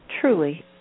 truly